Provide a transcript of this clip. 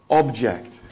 object